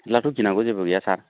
अब्लाथ' गिनांगौ जेबो गैया सार